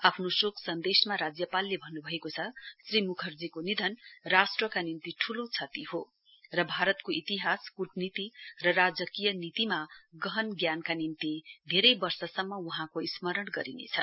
आफ्नो शोक सन्देशमा राज्यपालले भन्नुभएको छ श्री मुखर्जीको निधन राष्ट्रका निम्ति ठूलो क्षति हो र भारतको इतिहास कुटनीति र राजकीय नीतिमा गहन ज्ञानका निम्ति धेरै वर्षसम्म वहाँको स्मरण गरिनेछ